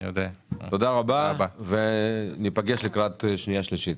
תודה רבה, ניפגש לקראת שנייה ושלישית.